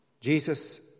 Jesus